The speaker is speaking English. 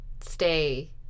stay